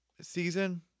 season